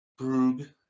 Brug